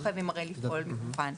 לא חייבים לפעול מכוחן.